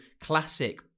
classic